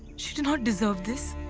she did not deserve this.